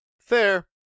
Fair